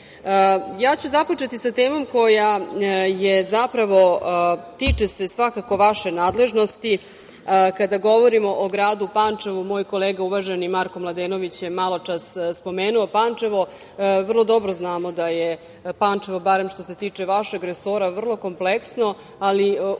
Srbije. Započeću sa temom koja se tiče svakako vaše nadležnosti i kada govorimo o gradu Pančevu, moj kolega uvaženi, Marko Mladenović je maločas spomenuo Pančevo. Vrlo dobro znamo da je Pančevo, barem što se tiče vašeg resora vrlo kompleksno, ali upravo